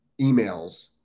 emails